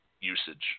usage